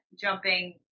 jumping